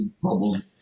problem